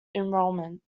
enrolment